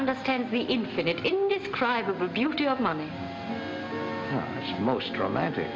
understands the infinite indescribable beauty of money which most romantic